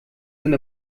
sind